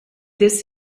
this